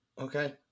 Okay